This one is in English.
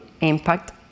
impact